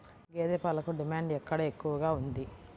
గేదె పాలకు డిమాండ్ ఎక్కడ ఎక్కువగా ఉంది?